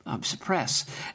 suppress